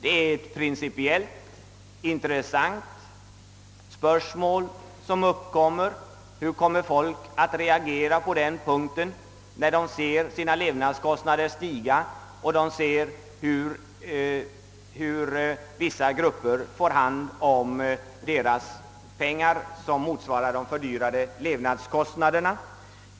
Ett principiellt intressant spörsmål uppkommer: hur kommer folk att reagera när de ser sina levnadskostnader stiga och ser att vissa grupper i samhället får hand om de pengar som motsvarar de fördyrade levnadskostnaderna?